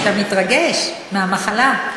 אתה מתרגש, מהמחלה.